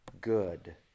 good